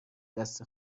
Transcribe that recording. دست